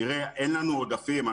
אין לנו עודפים.